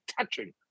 touching